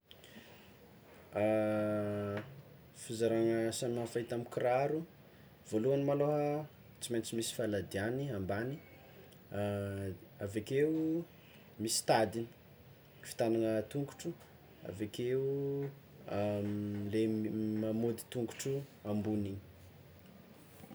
Fizaragna samihafa hita amin'ny kiraro, voalohany malôha tsy maintsy misy faladiàgny ambany avekeo misy tadiny fitagnagna tongotro avekeo le mamôdy tongotro io ambony igny.